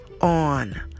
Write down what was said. On